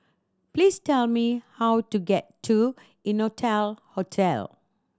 please tell me how to get to Innotel Hotel